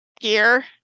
Gear